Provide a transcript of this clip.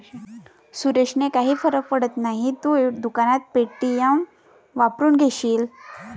सुरेशने काही फरक पडत नाही, तू दुकानात पे.टी.एम वापरून घेशील